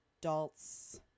adults